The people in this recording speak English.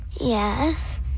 Yes